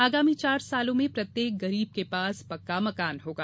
आगामी चार सालों में प्रत्येक गरीब के पास पक्का मकान होगा